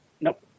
Nope